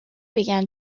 began